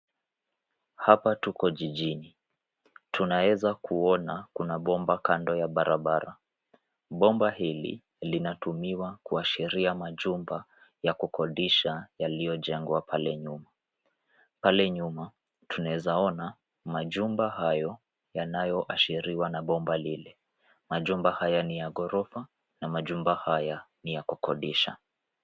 Hapa tuko jijini. Tunaeza kuona kuna bomba kando ya barabara. Bomba hili limatumiwa kuashiria majumba yakukodisha yaliyo jengwa pale nyuma. Pale nyuma, tunaeza ona majumba hayo yanayo ashiriwa na bomba lile. Majumba haya ni ya ghorofa na majumba haya ni ya kukodisha.